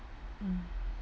mm